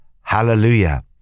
Hallelujah